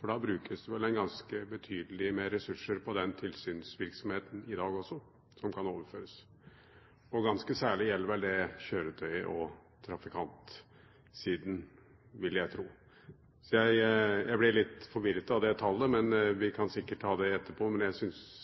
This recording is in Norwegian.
for da brukes det vel ganske betydelig med ressurser på den tilsynsvirksomheten i dag også, som kan overføres. Ganske særlig gjelder vel det kjøretøy- og trafikantsiden, vil jeg tro. Jeg ble litt forvirret av det tallet. Vi kan sikkert ta det etterpå, men jeg syns